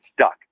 stuck